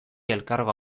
elkargoa